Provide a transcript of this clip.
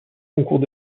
concours